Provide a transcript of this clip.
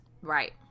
right